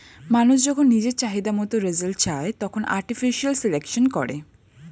মানুষ যখন নিজের চাহিদা মতন রেজাল্ট চায়, তখন আর্টিফিশিয়াল সিলেকশন করে